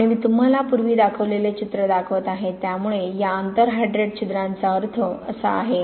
आणि मी तुम्हाला पूर्वी दाखवलेले चित्र दाखवत आहे त्यामुळे या आंतर हायड्रेट छिद्रांचा अर्थ असा आहे